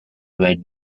red